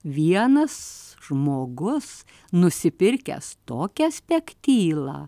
vienas žmogus nusipirkęs tokią spektylą